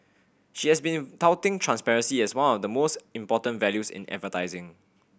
she has been touting transparency as one of the most important values in advertising